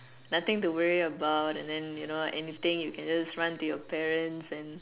nothing to worry about and then you know anything you can just run to your parents and